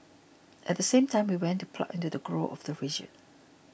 at same time we went to plug into the growth of the region